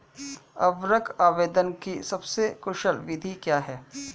उर्वरक आवेदन की सबसे कुशल विधि क्या है?